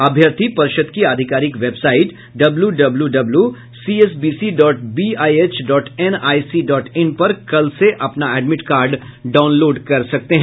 अभ्यर्थी पर्षद की आधिकारिक website W W W CSBC dot BIH dot NIC dot in पर कल से अपना एडमिट कार्ड डाउलोड कर सकते हैं